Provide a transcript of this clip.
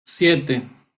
siete